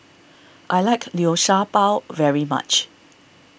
I like Liu Sha Bao very much